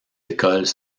écoles